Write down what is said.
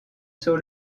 sur